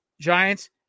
Giants